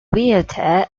vitae